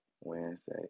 Wednesday